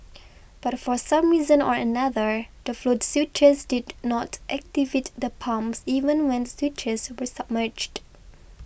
but for some reason or another the float switches did not activate the pumps even when the switches were submerged